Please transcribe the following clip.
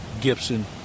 Gibson